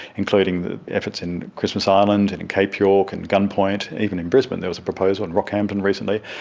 including the efforts in christmas island, and in cape york and gunn point, even in brisbane there was a proposal, and rockhampton recently,